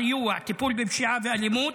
סיוע וטיפול בפשיעה ואלימות,